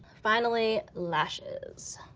finally, lashes.